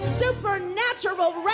Supernatural